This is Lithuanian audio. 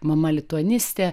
mama lituanistė